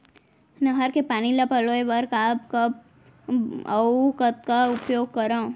नहर के पानी ल पलोय बर कब कब अऊ कतका उपयोग करंव?